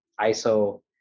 ISO